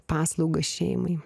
paslaugas šeimai